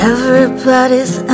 Everybody's